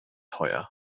teuer